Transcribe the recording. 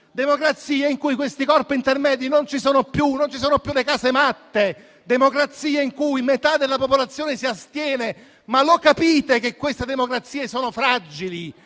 democrazie in cui questi corpi intermedi non ci sono più, non ci sono più le casematte; democrazie in cui metà della popolazione si astiene dal voto. Ma lo capite che queste democrazie sono fragili